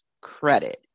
credit